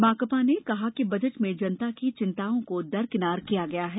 माकपा ने कहा कि बजट में जनता की चिंताओं को दरकिनार कर दिया गया है